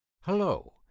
Hello